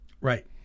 Right